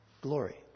glory